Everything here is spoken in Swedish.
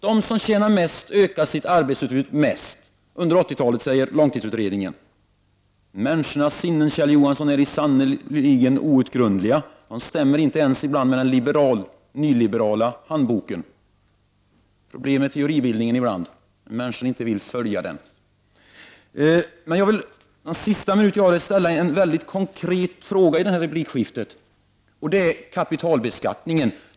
De som tjänar mest ökar sitt arbetskraftsutbud mest under 1980-talet säger långtidsutredningen. Människornas sinnen, Kjell Johansson, är sannerligen outgrundliga. De stämmer ibland inte ens med den nyliberala handboken. Det blir problem med teoribildningen när människor inte vill följa den. Jag vill ställa en mycket konkret fråga som gäller kapitalbeskattningen.